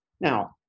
Now